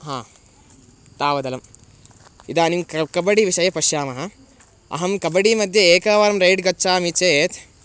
हा तावदलम् इदानीं क्र कबडिविषये पश्यामः अहं कबडिमध्ये एकवारं रैड् गच्छामि चेत्